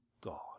God